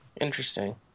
Interesting